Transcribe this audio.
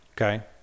okay